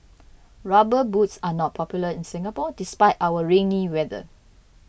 rubber boots are not popular in Singapore despite our rainy weather